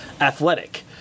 athletic